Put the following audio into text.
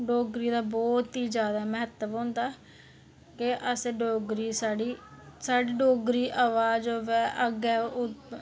डोगरी दा बहुत ई जादै महत्व होंदा के असें डोगरी साढ़ी डोगरी आवाज़ अग्गै ओह्बी